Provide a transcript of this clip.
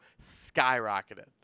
skyrocketed